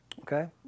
Okay